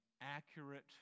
accurate